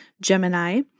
Gemini